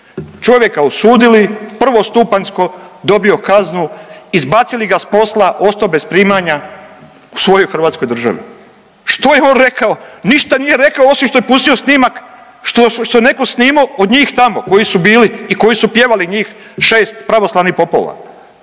Čovjeka osudili, prvostupanjsko dobio kaznu, izbacili ga s posla, ostao bez primanja u svojoj hrvatskoj državi. Što je on rekao? Ništa nije rekao, osim što je pustio snimak što je netko snimao od njih tamo koji su bili i koji su pjevali njih 6 pravoslavnih popova.